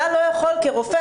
אתה כרופא,